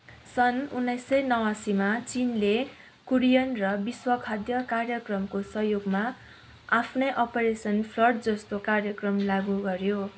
सन् उन्नाइस सय नवासीमा चिनले कोरियन र विश्व खाद्य कार्यक्रमको सहयोगमा आफ्नै अपरेसन फ्लड जस्तो कार्यक्रम लागु गऱ्यो